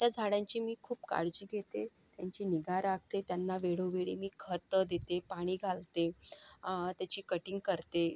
त्या झाडांची मी खूप काळजी घेते त्यांची निगा राखते त्यांना वेळोवेळी मी खतं देते पाणी घालते त्याची कटींग करते